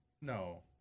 No